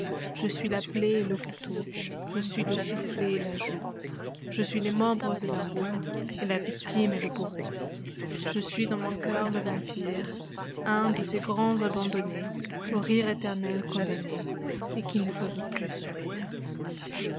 je suis la plaie et le couteau ije suis le souillet et la joue ije suis les membres et la roue et la victime et le bourreau je suis de mon cœur le vampire un de ces grands abandonnésau rire éternel condamnés et qui ne peuvent plus sourire